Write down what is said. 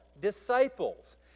disciples